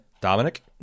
Dominic